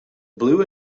blue